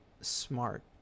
smart